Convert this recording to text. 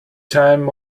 time